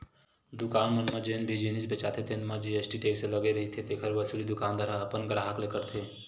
दुकान मन म जेन भी जिनिस बेचाथे तेन म जी.एस.टी टेक्स लगे रहिथे तेखर वसूली दुकानदार ह अपन गराहक ले करथे